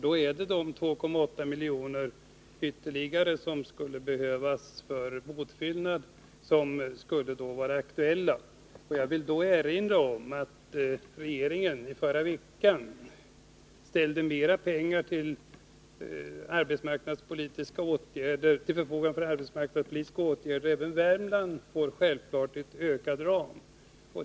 Då är det de 2,8 miljoner ytterligare som skulle behövas för motfyllnaden som är aktuella. Jag vill erinra om att regeringen i förra veckan ställde mera pengar till förfogande för arbetsmarknadspolitiska åtgärder. Även Värmland får självfallet en ökad ram.